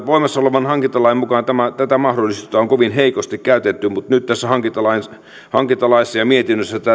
voimassa olevan hankintalain mukaan tätä mahdollisuutta on kovin heikosti käytetty mutta nyt tässä hankintalaissa ja mietinnössä